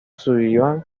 sullivan